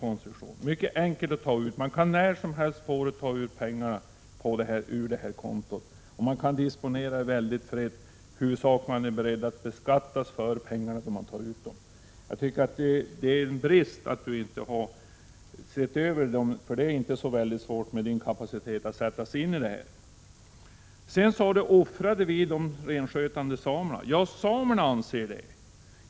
Man kan mycket lätt och när som helst på året ta ut pengar från detta konto, och man kan disponera dem mycket fritt. Huvudsaken är att man är beredd att bli beskattad för de pengar man tar ut. Jag tycker att det är en brist att Jörn Svensson inte har satt sig in i detta problem. Det är inte så svårt för honom med hans kapacitet att sätta sig in i detta. Sedan sade Jörn Svensson att vi offrade de renskötande samerna. Ja, samerna anser det.